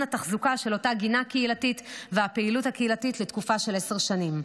התחזוקה של אותה גינה קהילתית והפעילות הקהילתית לתקופה של עשר שנים.